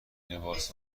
لباس